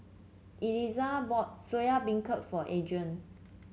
Elizah bought Soya Beancurd for Adria